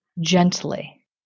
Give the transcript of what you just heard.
gently